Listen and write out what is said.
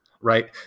right